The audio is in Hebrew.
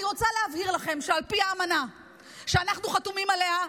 אני רוצה להבהיר לכם שעל פי האמנה שאנחנו חתומים עליה,